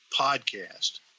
podcast